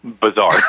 bizarre